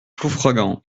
ploufragan